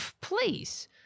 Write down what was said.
Please